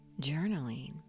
journaling